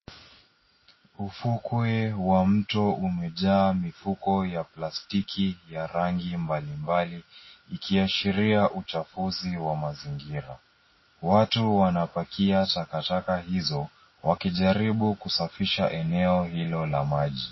Ufukwe wa mto umejaa mifuko ya plastiki ya rangi bali bali ikiashiria uchafuzi wa mazingira. Watu wanapakia takataka hizo wakijaribu kusafisha eneo hilo la maji.